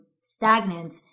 stagnant